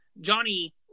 Johnny